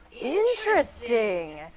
Interesting